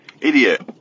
Idiot